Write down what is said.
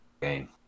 game